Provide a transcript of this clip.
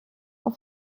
auf